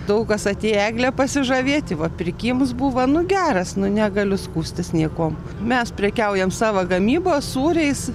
daug kas atėjo egle pasižavėti va pirkimus buvo nu geras nu negaliu skųstis niekuom mes prekiaujam savo gamybos sūriais